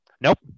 Nope